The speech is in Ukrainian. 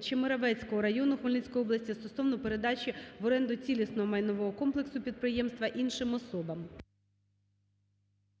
Чемеровецького району Хмельницької області стосовно передачі в оренду цілісного майнового комплексу підприємства іншим особам.